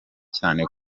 cyane